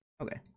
Okay